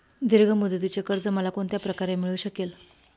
दीर्घ मुदतीचे कर्ज मला कोणत्या प्रकारे मिळू शकेल?